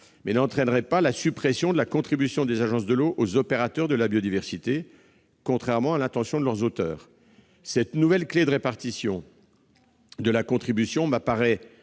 elle n'entraînerait pas la suppression de la contribution des agences de l'eau aux opérateurs de la biodiversité, contrairement à l'intention de leurs auteurs. Cette nouvelle clé de répartition de la contribution m'apparaît